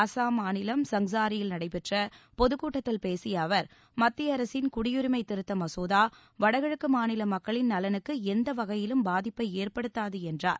அஸ்ஸாம் மாநிலம் சங்ஸாரியில் நடைபெற்ற பொதுக் கூட்டத்தில் பேசிய அவர் மத்திய அரசின் குடியுரிமை திருத்த மசோதா வடகிழக்கு மாநில மக்களின் நலனுக்கு எந்த வகையிலும் பாதிப்பை ஏற்படுத்தாது என்றார்